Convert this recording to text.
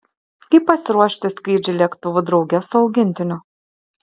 kaip pasiruošti skrydžiui lėktuvu drauge su augintiniu